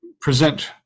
present